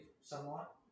somewhat